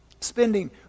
spending